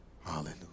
Hallelujah